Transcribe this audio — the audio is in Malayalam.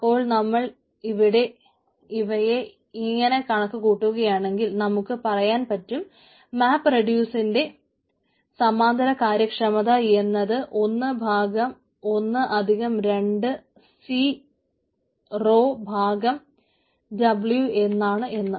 അപ്പോൾ നമ്മൾ ഇവയെ ഇങ്ങനെ കണക്കു കൂട്ടുകയാണെങ്കിൽ നമുക്ക് പറയുവാൻ പറ്റും മാപ്പ് റെഡിയൂസിന്റെ സമാന്തര കാര്യക്ഷമത എന്നത് ഒന്ന് ഭാഗം ഒന്ന് അധികം 2 സി റോ ഭാഗം w എന്നാണ് എന്ന്